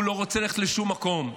הוא לא רוצה ללכת לשום מקום,